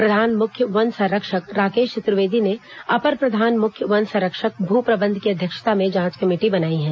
प्रधान मुख्य वन संरक्षक राकेश चतुर्वेदी ने अपर प्रधान मुख्य वन संरक्षक भू प्रबंध की अध्यक्षता में जांच कमेटी बनाई है